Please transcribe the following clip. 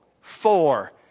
Four